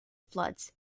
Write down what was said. floods